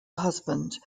husband